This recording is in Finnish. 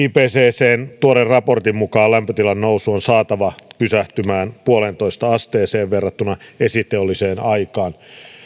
ipccn tuoreen raportin mukaan lämpötilan nousu on saatava pysähtymään yhteen pilkku viiteen asteeseen verrattuna esiteolliseen aikaan